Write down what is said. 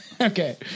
Okay